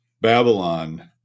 Babylon